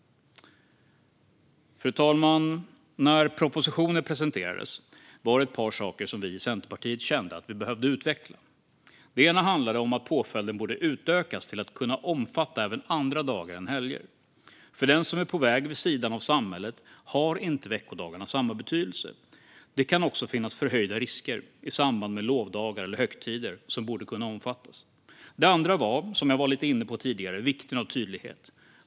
Fru talman! När propositionen presenterades var det ett par saker som vi i Centerpartiet kände att vi behövde utveckla. Den ena handlade om att påföljden borde utökas till att kunna omfatta även andra dagar än helger. För den som är på väg ut vid sidan av samhället har veckodagarna inte samma betydelse. Det kan också finnas förhöjda risker i samband med lovdagar eller högtider som borde kunna omfattas. Den andra saken var, som jag lite var inne på tidigare, vikten av tydlighet.